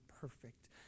perfect